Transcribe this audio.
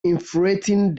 infuriating